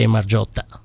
Margiotta